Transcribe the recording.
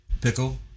Pickle